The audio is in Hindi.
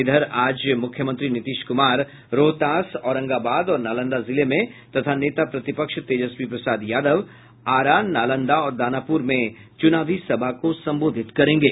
इधर आज मुख्यमंत्री नीतीश कुमार रोहतास औरंगाबाद और नालंदा जिले में तथा नेता प्रतिपक्ष तेजस्वी प्रसाद यादव आरा नालंदा और दानापुर में चुनावी सभा को संबोधित करेंगे